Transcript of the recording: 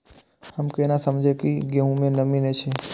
हम केना समझये की गेहूं में नमी ने छे?